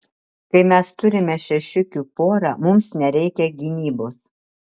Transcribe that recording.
kai mes turime šešiukių porą mums nereikia gynybos